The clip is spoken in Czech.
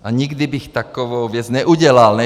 A nikdy bych takovou věc neudělal.